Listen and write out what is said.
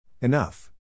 Enough